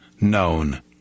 known